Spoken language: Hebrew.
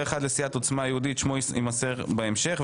אחד לסיעת עוצמה יהודית שמו יימסר בהמשך.